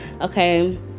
okay